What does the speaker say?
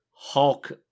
hulk